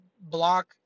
block